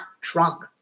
drunk